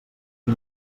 qui